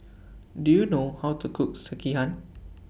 Do YOU know How to Cook Sekihan